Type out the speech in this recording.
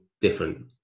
different